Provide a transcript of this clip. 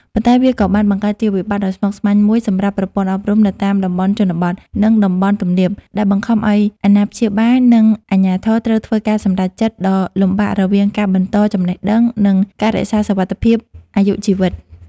ប៉ុន្តែវាក៏បានបង្កើតជាវិបត្តិដ៏ស្មុគស្មាញមួយសម្រាប់ប្រព័ន្ធអប់រំនៅតាមតំបន់ជនបទ និងតំបន់ទំនាប ដែលបង្ខំឱ្យអាណាព្យាបាល និងអាជ្ញាធរត្រូវធ្វើការសម្រេចចិត្តដ៏លំបាករវាងការបន្តចំណេះដឹង និងការរក្សាសុវត្ថិភាពអាយុជីវិត។